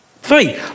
Three